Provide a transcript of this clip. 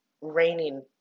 raining